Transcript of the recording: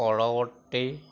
পৰৱৰ্তী